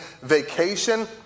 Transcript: vacation